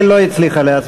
נתקבלה.